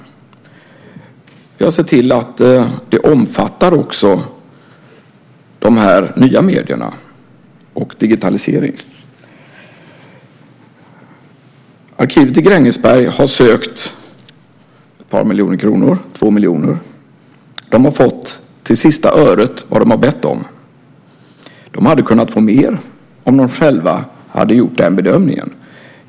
Vi har sett till att det också omfattar de nya medierna och digitalisering. Arkivet i Grängesberg har sökt 2 miljoner kronor. De har fått till sista öret vad de har bett om. De hade kunnat få mer om de själva hade gjort den bedömningen.